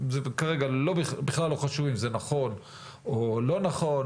זה כרגע בכלל לא חשוב אם זה נכון או לא נכון,